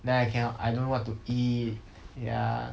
then I cannot I don't know what to eat ya